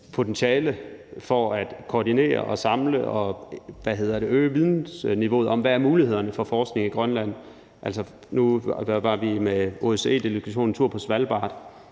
potentiale for at koordinere og samle og øge vidensniveauet om, hvad mulighederne er for forskning i Grønland. Nu var vi med OSCE-delegationen en tur på Svalbard,